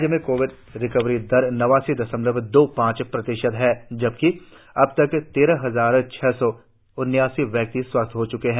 राज्य में Covid recovery दर नवासी दशमलव दो पाँच है और अब तक तेरह हजार छह सौ उन्यासी व्यक्ति स्वस्थ हो च्के है